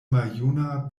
maljuna